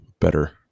better